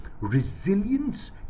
resilience